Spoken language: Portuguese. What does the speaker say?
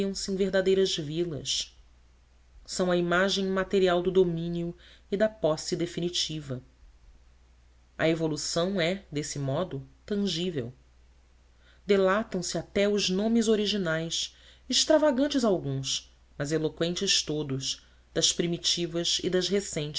em verdadeiras vilas são a imagem material do domínio e da posse definitiva a evolução é deste modo tangível delatam na até os nomes originais extravagantes alguns mas eloqüentes todos das primitivas e das